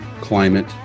climate